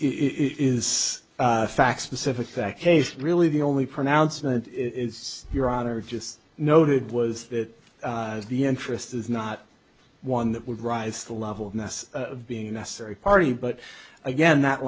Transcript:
discussion is it's facts specific that case really the only pronouncement it's your honor just noted was that the interest is not one that would rise to the level of mess of being necessary party but again that